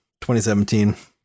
2017